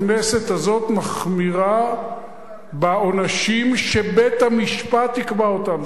הכנסת הזאת מחמירה בעונשים שבית-המשפט יקבע אותם.